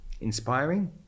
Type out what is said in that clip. Inspiring